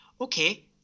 okay